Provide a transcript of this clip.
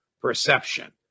perception